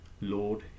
Lord